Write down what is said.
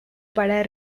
para